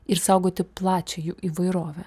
išsaugoti plačią jų įvairovę